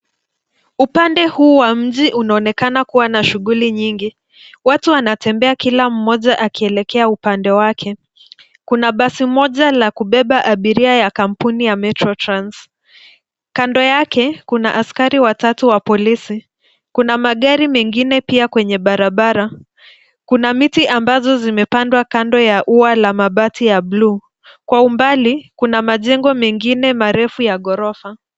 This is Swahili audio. Upande huu wa mji unaonekana kuwa na shughuli nyingi, watu wanatembea kila mmoja akielekea upande wake. Kuna basi moja la kubeba abiria ya kampuni ya Metro Trans. Kando yake, kuna askari watatu wa polisi. Kuna magari mengine pia kwenye barabara. Kuna miti ambayo imepandwa kando ya mabati ya ua ya bluu. Kwa umbali, kuna majengo mengine marefu ya ghorofa.